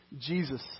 Jesus